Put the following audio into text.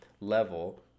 level